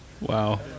wow